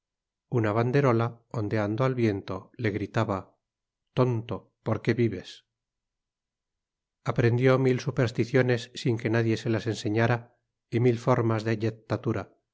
una banderola ondeando al viento le gritaba tonto por qué vives aprendió mil supersticiones sin que nadie se las enseñara y mil formas de